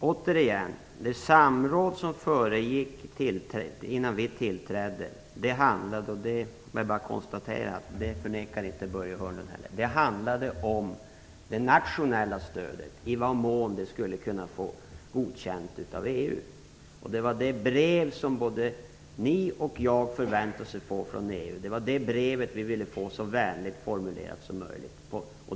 Fru talman! Det samråd som skedde innan vi tillträdde handlade om det nationella stödet och i vad mån det skulle kunna få godkänt av EU. Det brev som både ni och jag förväntade oss att få från EU ville vi skulle vara så vänligt formulerat som möjligt.